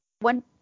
one